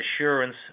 assurance